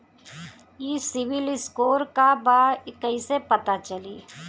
ई civil score का बा कइसे पता चली?